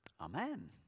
Amen